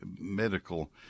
medical